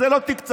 את זה לא תקצבתם.